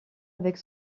avec